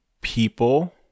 people